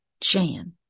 Jan